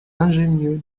ingénieux